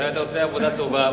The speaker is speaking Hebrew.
אולי אתה עושה עבודה טובה,